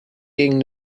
gegen